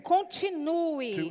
Continue